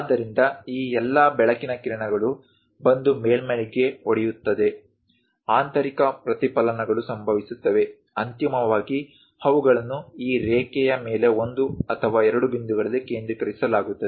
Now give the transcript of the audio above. ಆದ್ದರಿಂದ ಈ ಎಲ್ಲಾ ಬೆಳಕಿನ ಕಿರಣಗಳು ಬಂದು ಮೇಲ್ಮೈಗೆ ಹೊಡೆಯುತ್ತವೆ ಆಂತರಿಕ ಪ್ರತಿಫಲನಗಳು ಸಂಭವಿಸುತ್ತವೆ ಅಂತಿಮವಾಗಿ ಅವುಗಳನ್ನು ಈ ರೇಖೆಯ ಮೇಲೆ ಒಂದು ಅಥವಾ ಎರಡು ಬಿಂದುಗಳಲ್ಲಿ ಕೇಂದ್ರೀಕರಿಸಲಾಗುತ್ತದೆ